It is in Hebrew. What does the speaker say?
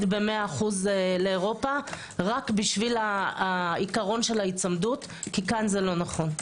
ב-100% לאירופה רק בשביל עיקרון ההיצמדות כי כאן זה לא נכון.